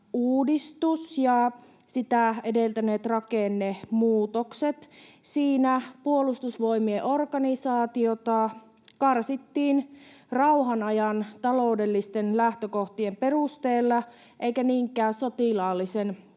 ja sitä edeltäneet rakennemuutokset. Siinä Puolustusvoimien organisaatiota karsittiin rauhanajan taloudellisten lähtökohtien perusteella eikä niinkään sotilaallisen puolustuksen